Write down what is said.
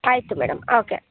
ಆಯಿತು madam okay